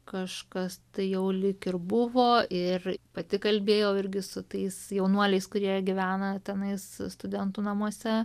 kažkas tai jau lyg ir buvo ir pati kalbėjau irgi su tais jaunuoliais kurie gyvena tenais studentų namuose